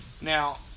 Now